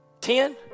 Ten